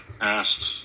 asked